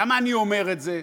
למה אני אומר את זה?